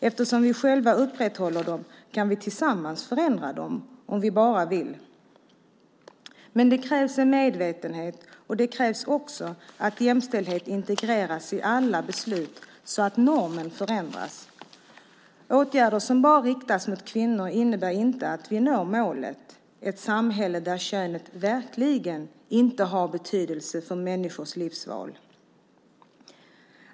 Eftersom vi själva upprätthåller den kan vi tillsammans också förändra den om vi bara vill. Men det kräver medvetenhet, och det kräver att jämställdheten integreras i alla beslut så att normen förändras. Åtgärder som endast riktas mot kvinnor innebär inte att vi når målet, nämligen ett samhälle där könet verkligen inte har betydelse för människors livsval.